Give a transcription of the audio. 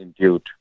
Intuit